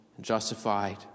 justified